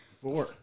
Four